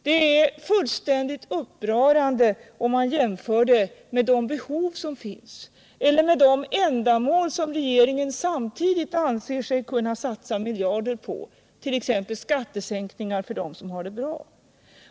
Detta är fullständigt upprörande, om man jämför med de behov som finns eller med de ändamål som regeringen samtidigt anser sig kunna satsa miljarder på, t.ex. skattesänkningar för dem som har det bra.